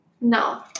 No